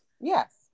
Yes